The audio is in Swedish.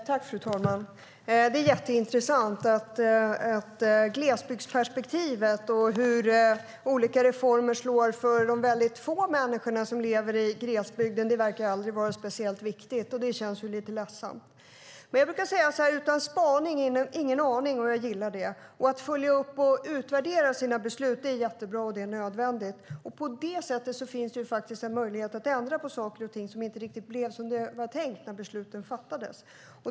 Fru talman! Det är jätteintressant att glesbygdsperspektivet och hur olika reformer slår för de väldigt få människor som lever i glesbygden aldrig verkar speciellt viktigt. Det känns lite ledsamt. Jag brukar säga: Utan spaning ingen aning. Jag gillar det. Att följa upp och utvärdera sina beslut är jättebra, och det är nödvändigt. På det sättet finns också en möjlighet att ändra på saker och ting som inte blev riktigt som det var tänkt när besluten fattades.